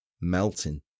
melting